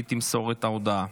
היא תמסור את ההודעה.